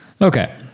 Okay